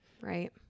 right